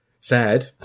Sad